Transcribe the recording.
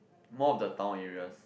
more of the town areas